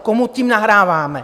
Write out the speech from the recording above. Komu tím nahráváme?